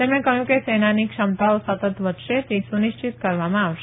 તેમણે કહ્યું કે સેનાની ક્ષમતાઓ સતત વધશે તે સુનિશ્ચિત કરવામાં આવશે